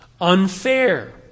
unfair